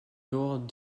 dehors